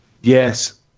Yes